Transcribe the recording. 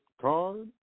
card